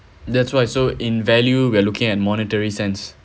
that's why so in value we are looking at monetary sense